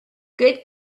good